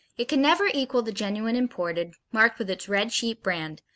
it can never equal the genuine imported, marked with its red-sheep brand,